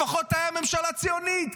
לפחות הייתה מממשלה ציונית.